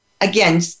again